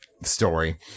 Story